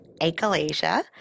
achalasia